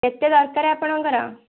କେତେ ଦରକାର ଆପଣଙ୍କର